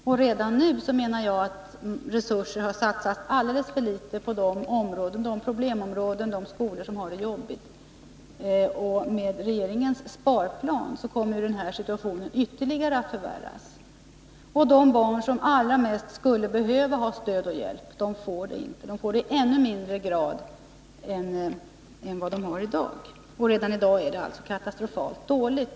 Jag menar att man hittills har satsat alldeles för litet av resurser på de skolor och inom de områden där man har det jobbigt, och med regeringens sparplan kommer situationen att ytterligare förvärras. De barn som allra mest behöver stöd och hjälp får det i ännu lägre grad än i dag, och redan i dag är läget på skolområdet katastrofalt dåligt.